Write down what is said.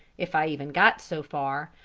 if i even got so far,